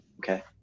okay